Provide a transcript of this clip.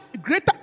greater